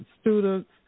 students